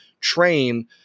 train